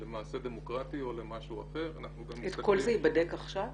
למעשה דמוקרטי או למשהו אחר -- כל זה ייבדק עכשיו?